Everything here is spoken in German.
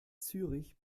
zürich